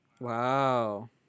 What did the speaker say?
Wow